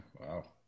wow